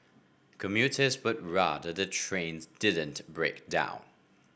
commuters would rather the trains didn't break down